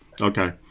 Okay